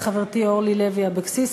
ולחברתי אורלי לוי אבקסיס.